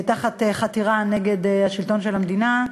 בחתירה נגד השלטון של המדינה.